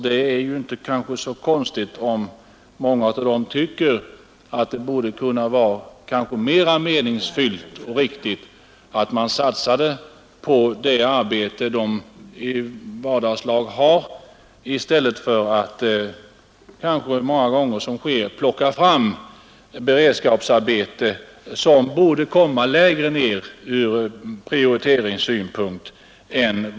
Det är kanske inte så konstigt om många av dem tycker att det varit mera meningsfullt och riktigt att satsa på det arbete de normalt har, i stället för att, som många gånger sker, plocka fram beredskapsarbete som borde komma lägre ned ur prioriteringssynpunkt.